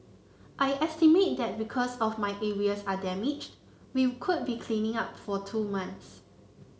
I estimate that because of my areas are damaged we could be cleaning up for two months